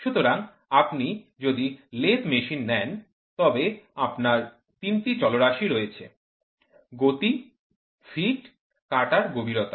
সুতরাং যদি আপনি লেদ মেশিন নেন তবে আপনার তিনটি চলরাশি রয়েছে গতি ফিড কাটার গভীরতা